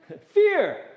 Fear